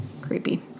creepy